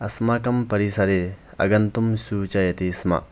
अस्माकं परिसरे आगन्तुं सूचयति स्म